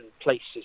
places